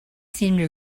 seemed